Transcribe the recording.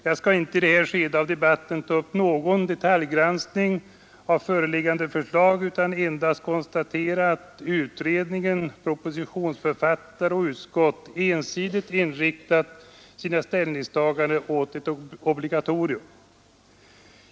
I detta skede av debatten skall jag inte ta upp någon detaljgranskning av föreliggande förslag utan endast konstatera att utredning, propositionsförfattare och utskott ensidigt inriktat sina ställningstaganden på ett obligatorium.